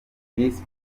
visi